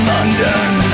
London